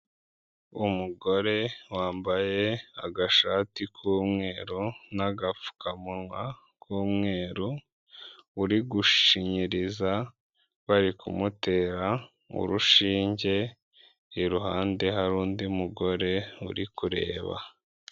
Umugore wambaye agashati k'umweru n'agapfukamunwa k'umweru, uri gushinyiriza bari kumutera urushinge, iruhande hari undi mugore uri kureba.